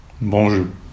Bonjour